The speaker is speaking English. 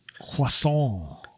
Croissant